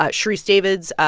ah sharice davids,